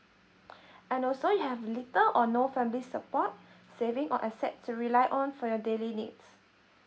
and also you have little or no family support saving or assets to rely on for your daily needs